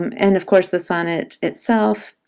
um and of course the sonnet itself.